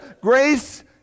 grace